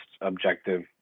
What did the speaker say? objective